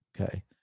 okay